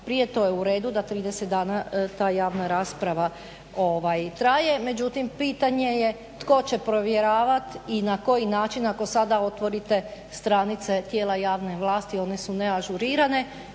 prije, to je u redu da 30 dana ta javna rasprava traje, međutim pitanje je tko će provjeravati i na koji način ako sada otvorite stranice tijela javne vlasti, one su neažurirane,